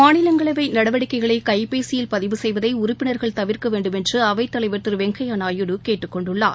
மாநிலங்களவைநடவடிக்கைகளைகைபேசியில் பதிவு செய்வதைஉறுப்பினர்கள் தவிர்க்கவேண்டுமென்றுஅவைத்தலைவர் திருவெங்கையாநாயுடு கேட்டுக் கொண்டுள்ளார்